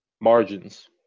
margins